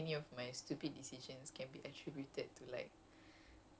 it's true though